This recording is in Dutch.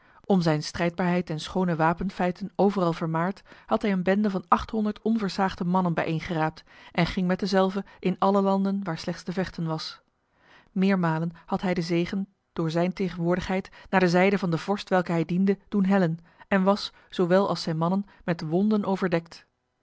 om zijn strijdbaarheid en schone wapenfeiten overal vermaard had hij een bende van achthonderd onversaagde mannen bijeengeraapt en ging met dezelve in alle landen waar slechts te vechten was meermalen had hij de zege door zijn tegenwoordigheid naar de zijde van de vorst welke hij diende doen hellen en was zowel als zijn mannen met wonden overdekt